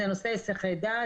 זה נושא הסחי דעת,